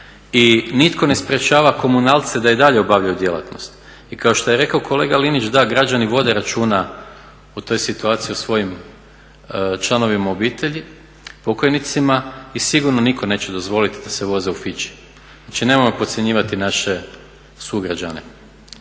I nitko ne sprječava komunalce da i dalje obavljaju djelatnost. I kao što je rekao kolega Linić, da građani vode računa o toj situaciji o svojim članovima obitelji, pokojnicima i sigurno nitko neće dozvoliti da se voze u Fići. Znači nemojmo podcjenjivati naše sugrađane.